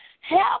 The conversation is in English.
Help